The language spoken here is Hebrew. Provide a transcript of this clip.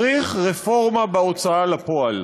צריך רפורמה בהוצאה לפועל,